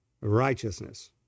righteousness